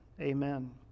Amen